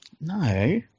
No